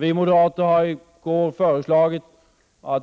Vi moderater föreslog i går